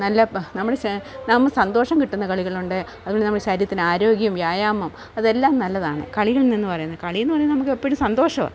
നല്ല നമ്മൾ നമ്മൾ സന്തോഷം കിട്ടുന്ന കളികളുണ്ട് അതുപോലെ നമ്മുടെ ശരീരത്തിന് ആരോഗ്യം വ്യായാമം അതെല്ലാം നല്ലതാണ് കളികളിൽ നിന്ന് പറയുന്ന കളിയെന്നു പറയുന്നത് നമുക്കെപ്പോഴും സന്തോഷമാണ്